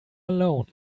alone